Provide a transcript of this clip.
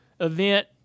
event